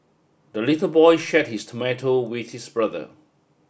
the little boy shared his tomato with his brother